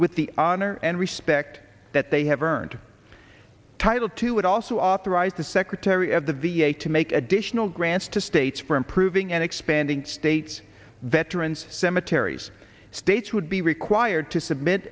with the honor and respect that they have earned title to it also authorized the secretary of the v a to make additional grants to states for improving and expanding states veterans cemeteries states would be required to submit